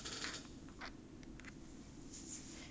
ah okay lah those electives ah